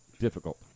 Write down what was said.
Difficult